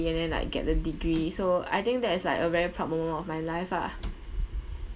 and then like get a degree so I think that is like a very proud moment of my life ah